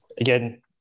again